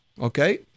Okay